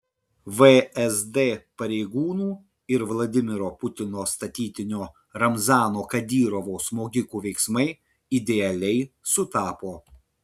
vsd pareigūnų ir vladimiro putino statytinio ramzano kadyrovo smogikų veiksmai idealiai sutapo